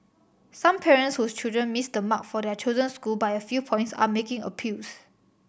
some parents whose children missed the mark for their chosen school by a few points are making appeals